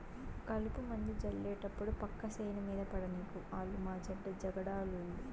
కలుపుమందు జళ్లేటప్పుడు పక్క సేను మీద పడనీకు ఆలు మాచెడ్డ జగడాలోళ్ళు